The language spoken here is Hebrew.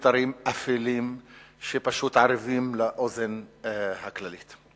מיתרים אפלים שפשוט ערבים לאוזן הכללית.